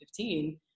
2015